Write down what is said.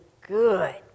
good